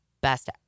best